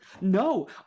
No